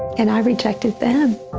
and i rejected them.